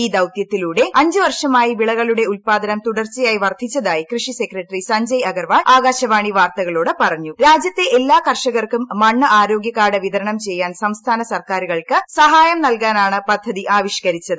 ഈ ദൌത്യത്തിലൂടെ അഞ്ചു വർഷമായി വിളകളൂടെ ഉൽപ്പാദനം തുടർച്ചയായി വർദ്ധിച്ചതായി കൃഷി സെക്രുട്ടറ്റി ഗ്രസഞ്ജയ് അഗർവാൾ ആകാശവാണി വാർത്തകളോട് പറഞ്ഞുപൂർങ്ക്യത്തെ എല്ലാ കർഷകർക്കും മണ്ണ് ആരോഗ്യ കാർഡ് ്വിത്രണം ചെയ്യാൻ സംസ്ഥാന സർക്കാരുകൾക്ക് സഹായം നൽകാന്റാണ് പദ്ധതി ആവിഷ്ക്കരിച്ചത്